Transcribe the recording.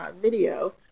video